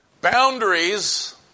Boundaries